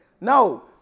No